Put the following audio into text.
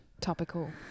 Topical